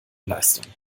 leistung